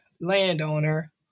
landowner